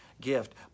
gift